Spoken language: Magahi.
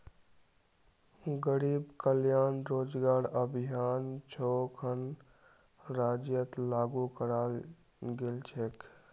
गरीब कल्याण रोजगार अभियान छो खन राज्यत लागू कराल गेल छेक